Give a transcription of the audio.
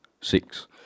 six